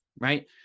right